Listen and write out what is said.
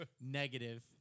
negative